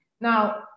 now